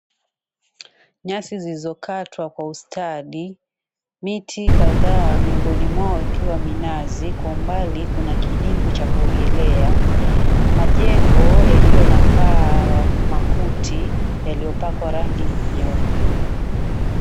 Nyasi zilizokatwa kwa ustadi, miti kadhaa, miongoni mwao ikiwa minazi. Kwa umbali kuna kidimbwi cha kuogelea. Majengo yaliyo na paa ya makuti yaliyopakwa rangi nyeupe.